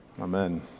amen